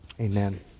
Amen